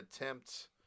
attempt